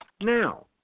Now